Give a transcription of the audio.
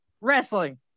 wrestling